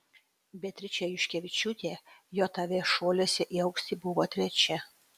beatričė juškevičiūtė jav šuoliuose į aukštį buvo trečia